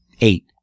eight